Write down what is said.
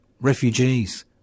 refugees